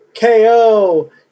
ko